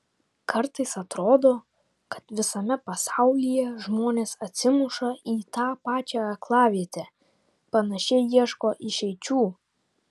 kartais atrodo kad visame pasaulyje žmonės atsimuša į tą pačią aklavietę panašiai ieško išeičių